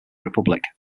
republic